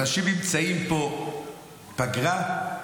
אנשים נמצאים פה, פגרה?